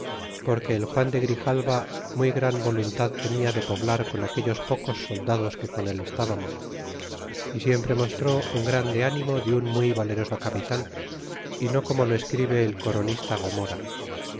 porque el juan de grijalva muy gran voluntad tenia de poblar con aquellos pocos soldados que con el estabamos y siempre mostró un grande animo de un muy valeroso capitan y no como lo escribe el coronista gomora